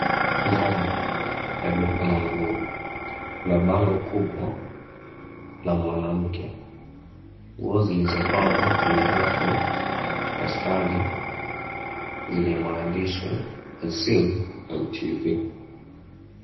Ndani ya duka la nguo kuna bango kubwa na mwanamke. Nguo zilizopangwa kwenye rafu na standi zenye maandishi as seen on tv .